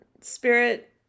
spirit